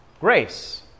grace